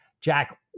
Jack